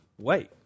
wait